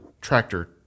tractor